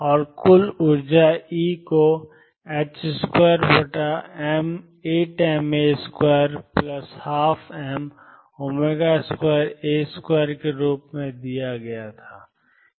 और कुल ऊर्जा E को 28ma212m2a2 के रूप में दिया गया था